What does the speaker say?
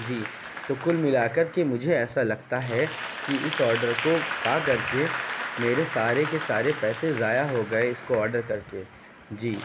جی تو کل ملا کر کے مجھے ایسا لگتا ہے کہ اس آڈر کو پا کر کے میرے سارے کے سارے پیسے ضائع ہو گئے اس کو آڈر کر کے جی